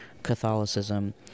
Catholicism